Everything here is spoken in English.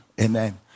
amen